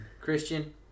Christian